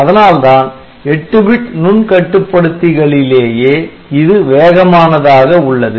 அதனால்தான் 8 பிட் நுண் கட்டுப்படுத்திகளிலேயே இது வேகமானதாக உள்ளது